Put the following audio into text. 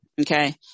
okay